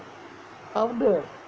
powder